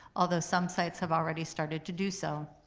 although some sites have already started to do so.